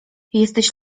jesteś